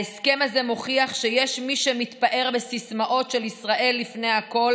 ההסכם הזה מוכיח שיש מי שמתפאר בסיסמאות של ישראל לפני הכול